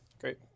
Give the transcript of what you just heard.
Great